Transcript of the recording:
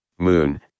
moon